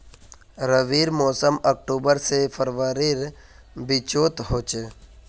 रविर मोसम अक्टूबर से फरवरीर बिचोत होचे